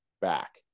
back